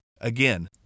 Again